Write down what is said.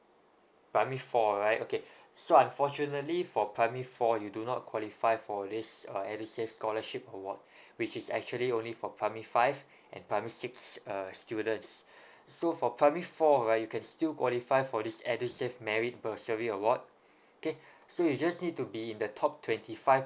primary four right okay so unfortunately for primary four you do not qualify for this uh edusave scholarship award which is actually only for primary five and primary six uh students so for primary four right you can still qualify for this edusave merit bursary award okay so you just need to be in the top twenty five